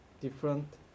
different